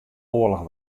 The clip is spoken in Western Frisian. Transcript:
oarloch